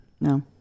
No